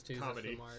comedy